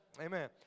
amen